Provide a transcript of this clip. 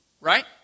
Right